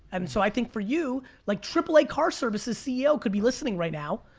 and so i think for you, like aaa car service's ceo could be listening right now,